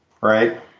right